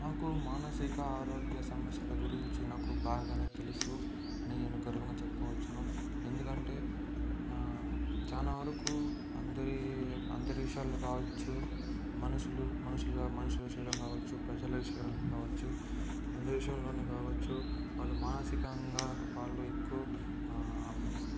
నాకు మానసిక ఆరోగ్య సమస్యల గురించి నాకు బాగానే తెలుసు నేను గర్వంగా చెప్పుకోవచ్చును ఎందుకంటే చాలా వరకు అందరి అందరి విషయాలు కావచ్చు మనుషులు మనుషులు మనుషుల విషయంలో కావచ్చు ప్రజల విషయంలో కావచ్చు అందరి విషయంలోనూ కావచ్చు వాళ్ళు మానసికంగా వాళ్ళు ఎక్కువ